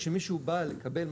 כשמישהו בא לקבל,